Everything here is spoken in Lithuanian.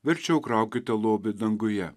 verčiau kraukite lobį danguje